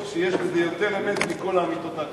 שיש בזה יותר אמת מכל האמיתות האחרות.